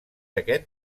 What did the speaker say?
aquest